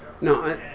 no